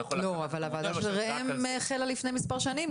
אבל הוועדה של ראם עמינח החלה לעבוד לפני מספר שנים,